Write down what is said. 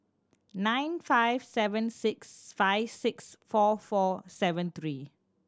nine five seven six five six four four seven three